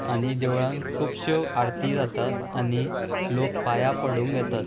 आनी देवळान खुबश्यो आरती जातात आनी लोक पांयां पडूंक येतात